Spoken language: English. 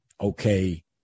okay